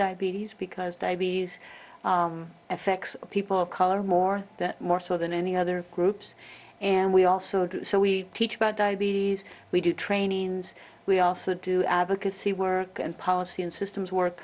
diabetes because diabetes affects people of color more more so than any other groups and we also do so we teach about diabetes we do training we also do advocacy work and policy and systems work